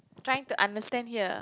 trying to understand here